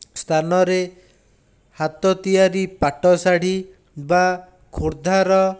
ସ୍ଥାନରେ ହାତ ତିଆରି ପାଟ ଶାଢ଼ୀ ବା ଖୋର୍ଦ୍ଧାର